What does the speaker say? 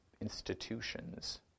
institutions